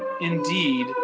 Indeed